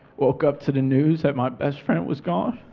woke up to the news that my best friend was gone.